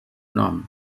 nom